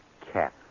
cat